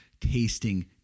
tasting